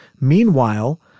Meanwhile